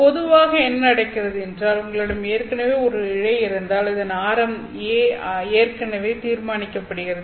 பொதுவாக என்ன நடக்கிறது என்றால் உங்களிடம் ஏற்கனவே ஒரு இழை இருந்தால் அதன் A ஆரம் ஏற்கனவே தீர்மானிக்கப்படுகிறது